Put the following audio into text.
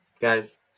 Guys